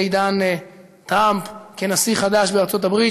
בעידן טראמפ כנשיא חדש בארצות-הברית,